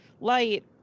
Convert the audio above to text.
light